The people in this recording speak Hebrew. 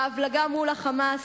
בהבלגה מול ה"חמאס",